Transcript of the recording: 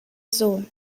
zone